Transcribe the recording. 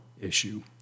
issue